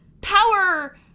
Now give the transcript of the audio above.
power